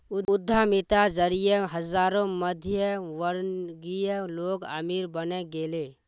उद्यमिता जरिए हजारों मध्यमवर्गीय लोग अमीर बने गेले